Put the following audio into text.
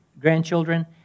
grandchildren